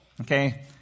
Okay